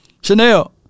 Chanel